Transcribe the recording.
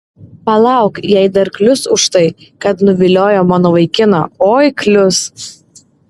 palauk jai dar klius už tai kad nuviliojo mano vaikiną oi klius